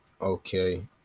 okay